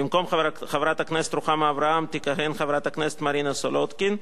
במקום חברת הכנסת רוחמה אברהם תכהן חברת הכנסת מרינה סולודקין,